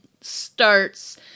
starts